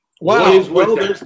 Wow